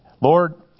Lord